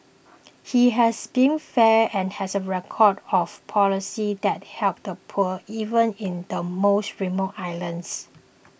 he has been fair and has a record of policies that help the poor even in the most remote islands